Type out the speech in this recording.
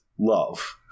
love